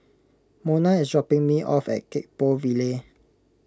Monna is dropping me off at Gek Poh Ville